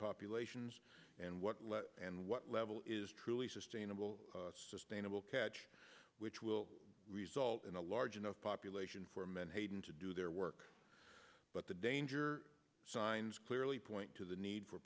populations and what let and what level is truly sustainable sustainable catch which will result in a large enough population for menhaden to do their work but the danger signs clearly point to the need for